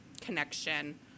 connection